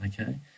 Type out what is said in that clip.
okay